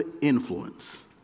influence